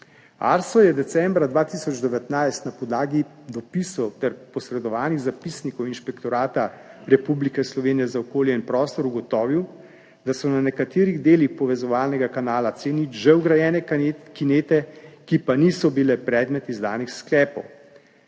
ARSO je decembra 2019 na podlagi dopisov ter posredovanih zapisnikov Inšpektorata Republike Slovenije za okolje in prostor ugotovil, da so na nekaterih delih povezovalnega kanala C0 že vgrajene kinete, ki pa niso bile predmet izdanih sklepov